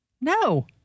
no